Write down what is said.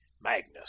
Magnus